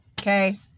okay